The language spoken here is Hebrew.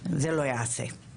זה לא ייעשה.